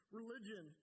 religion